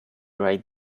right